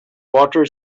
water